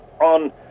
on